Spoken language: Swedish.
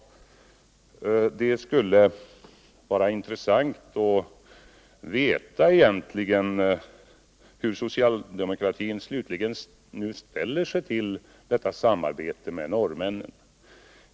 Det skulle vara intressant att få veta hur socialdemokratin slutligen ställer sig till detta samarbete med norrmännen.